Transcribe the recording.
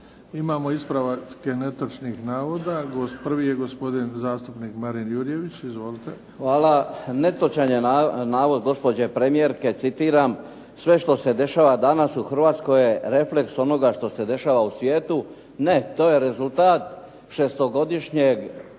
Imamo ispravke netočnih navoda. Prvi je gospodin zastupnik Marin Jurjević. Izvolite. **Jurjević, Marin (SDP)** Hvala. Netočan je navod gospođe premijerke citiram: "Sve što se dešava danas u Hrvatskoj je refleks onoga što se dešava u svijetu". Ne. To je rezultat šestogodišnjeg